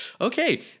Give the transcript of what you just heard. Okay